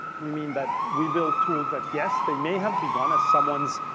we mean that we build tools that yes they may have begun as someone's.